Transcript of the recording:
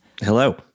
Hello